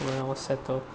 when I was settled